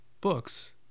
books